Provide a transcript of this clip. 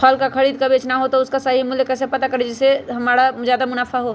फल का खरीद का बेचना हो तो उसका सही मूल्य कैसे पता करें जिससे हमारा ज्याद मुनाफा हो?